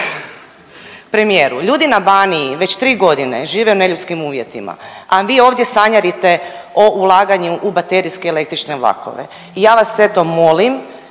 Premijeru, ljudi na Baniji već 3.g. žive u neljudskim uvjetima, a vi ovdje sanjarite o ulaganju u baterijske električne vlakove i ja vas eto molim